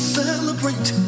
celebrate